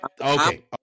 Okay